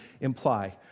imply